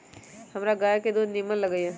हमरा गाय के दूध निम्मन लगइय